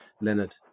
Leonard